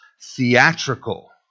theatrical